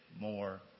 more